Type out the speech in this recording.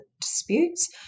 Disputes